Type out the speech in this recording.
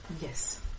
Yes